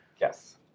Yes